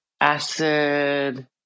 acid